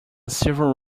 civil